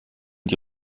die